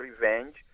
revenge